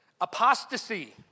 apostasy